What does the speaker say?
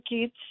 kids